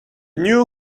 new